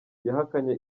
yahakanye